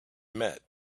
met